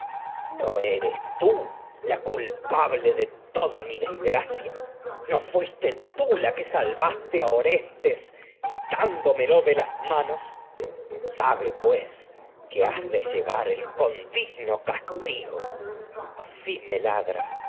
no eres tú la culpable de toda mi desgracia no fuiste tú la que vaste a sal orestes quitándomelo de las manos sabe pues que has de llevar el condigno castigo así me ladra